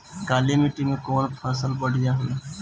काली माटी मै कवन फसल बढ़िया होला?